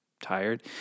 tired